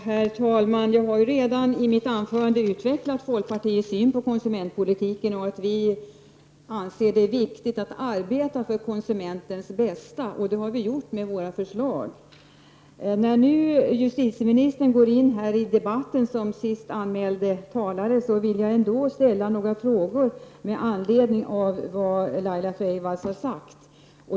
Herr talman! Jag har redan i mitt anförande utvecklat folkpartiets syn på konsumentpolitiken och sagt att vi anser att det är viktigt att arbeta för konsumentens bästa. Det har vi gjort med våra förslag. När nu justitieministern går in i debatten, som sist anmälde talare, vill jag ställa några frågor med anledning av vad hon har sagt.